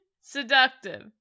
Seductive